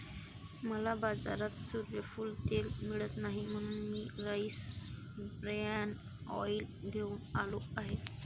मला बाजारात सूर्यफूल तेल मिळत नाही म्हणून मी राईस ब्रॅन ऑइल घेऊन आलो आहे